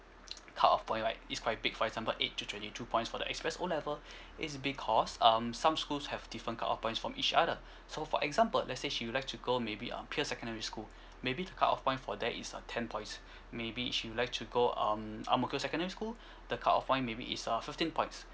cut off point right is quite big for example eight to twenty two points for the express O level is because um some schools have different cut off points from each other so for example let's say she will like to go maybe um pearl's secondary school maybe the cut off point for that is uh ten points maybe she'll like to go um ang mo kio secondary school the cut off point maybe is uh fifteen points